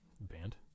band